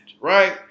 Right